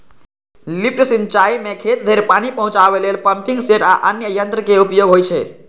lift सिंचाइ मे खेत धरि पानि पहुंचाबै लेल पंपिंग सेट आ अन्य यंत्रक उपयोग होइ छै